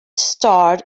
starred